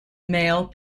male